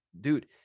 dude